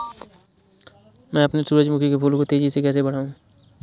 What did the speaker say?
मैं अपने सूरजमुखी के फूल को तेजी से कैसे बढाऊं?